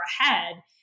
ahead